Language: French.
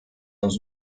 dans